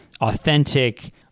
authentic